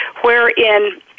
wherein